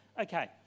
Okay